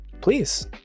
Please